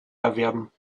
erwerben